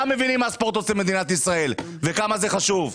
מבינים מה הספורט עושה למדינת ישראל וכמה הוא חשוב.